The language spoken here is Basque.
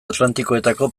atlantikoetako